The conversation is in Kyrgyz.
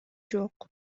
жок